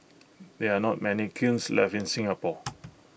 there are not many kilns left in Singapore